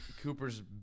Cooper's